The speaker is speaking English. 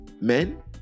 men